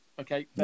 Okay